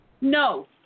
No